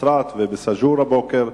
בנצרת ובאל-שגור הבוקר,